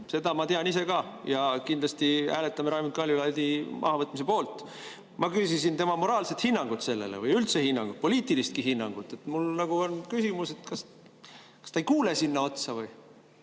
Seda ma tean ise ka. Ja kindlasti hääletame Raimond Kaljulaidi mahavõtmise poolt. Ma küsisin tema moraalset hinnangut sellele või üldse hinnangut, poliitilistki hinnangut. Mul on küsimus, et kas ta ei kuule sinna [ette] või.